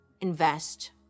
invest